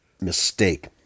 mistake